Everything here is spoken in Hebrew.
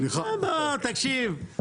לא, תקשיב.